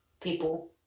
people